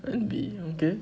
envy okay